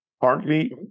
partly